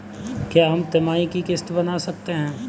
क्या हम तिमाही की किस्त बना सकते हैं?